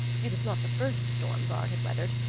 it was not the first storm vard had weathered,